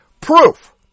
proof